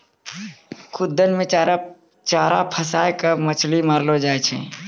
खुद्दन मे चारा फसांय करी के मछली मारलो जाय छै